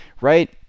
right